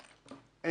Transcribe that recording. שדיברנו.